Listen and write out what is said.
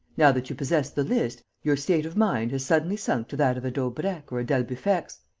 now that you possess the list, your state of mind has suddenly sunk to that of a daubrecq or a d'albufex.